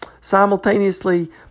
simultaneously